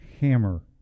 hammer